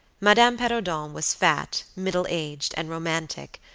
madame perrodon was fat, middle-aged, and romantic,